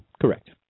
Correct